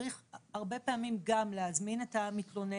צריך הרבה פעמים גם להזמין את המתלונן,